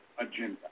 agenda